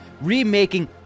remaking